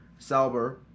Salber